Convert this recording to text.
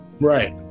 Right